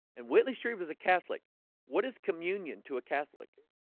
and whitley stream as a catholic what is communion to a catholic?